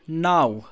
نَو